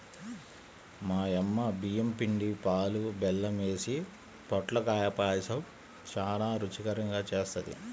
మా యమ్మ బియ్యం పిండి, పాలు, బెల్లం యేసి పొట్లకాయ పాయసం చానా రుచికరంగా జేత్తది